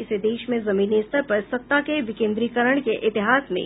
इसे देश में जमीनी स्तर पर सत्ता के विकेन्द्रीकरण के इतिहास में